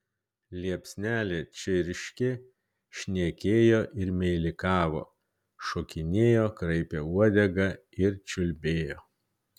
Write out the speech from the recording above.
liepsnelė čirškė šnekėjo ir meilikavo šokinėjo kraipė uodegą ir čiulbėjo